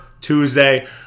Tuesday